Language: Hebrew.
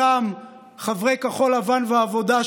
אותם חברי כחול לבן והעבודה,